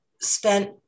spent